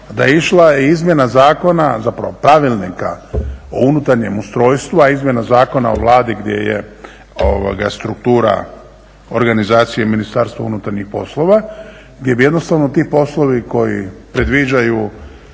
da je išla i izmjena zakona, zapravo Pravilnika o unutarnjem ustrojstvu, a izmjena Zakona o Vladi gdje je struktura organizacije Ministarstva unutarnjih poslova, gdje bi jednostavno ti poslovi koji predviđaju